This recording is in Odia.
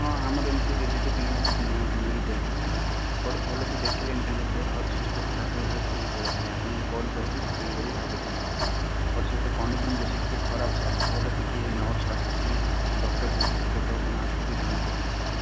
ହଁ ଆମର ଏମିତି ରିଲେଟିଭ୍ ନେଇକି ନେଇକି ଯାଇଥିଲି ମୁଁ ଭଲ ସେ ଦେଖିଲେନି ତାଙ୍କ ଦେହ ଆହୁରି ସୁସ୍ଥ ଖରାପ ହେଇଗଲା ଧରିକି ପଳାଇଆସିଲି ଆପଣଙ୍କୁ କଲ୍ କରିକି ବାହାରିବି ବୋଲି ଭାବୁଥିଲି ସାର୍ ପେସେଣ୍ଟର କଣ୍ଡିସନ୍ ବେଶୀ ଟିକେ ଖରାପ ସାର୍ ଭଲ କିଏ ନର୍ସ ଆସୁଛି ଡକ୍ଟର ବି କିଛି କେତେବେଳେ କ'ଣ ଆସୁଛି କିଛି ଜଣାପଡ଼ୁନି ସାର୍